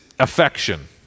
affection